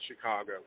Chicago